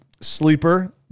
Sleeper